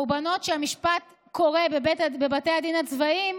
קורבנות שהמשפט קורה בבתי הדין הצבאיים,